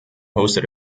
hosted